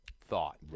thought